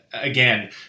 Again